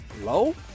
low